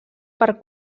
per